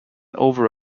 over